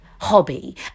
hobby